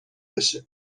بشه